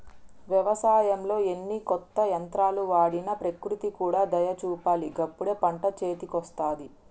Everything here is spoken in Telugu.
వ్యవసాయంలో ఎన్ని కొత్త యంత్రాలు వాడినా ప్రకృతి కూడా దయ చూపాలి గప్పుడే పంట చేతికొస్తది